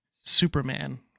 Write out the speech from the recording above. Superman